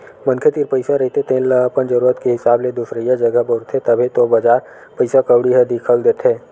मनखे तीर पइसा रहिथे तेन ल अपन जरुरत के हिसाब ले दुसरइया जघा बउरथे, तभे तो बजार पइसा कउड़ी ह दिखउल देथे